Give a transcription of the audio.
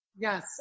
Yes